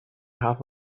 half